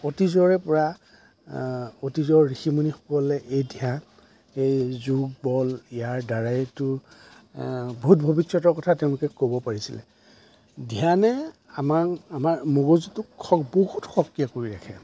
অতীজৰে পৰা অতীজৰ ঋষি মুনিসকলে এই ধ্যান এই যোগ বল ইয়াৰ দ্বাৰাইতো ভূত ভৱিষ্যতৰ কথা তেওঁলোকে ক'ব পাৰিছিলে ধ্যানে আমাৰ আমাৰ মগজুটোক সম্পূৰ্ণ সক্ৰিয় কৰি ৰাখে